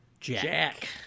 Jack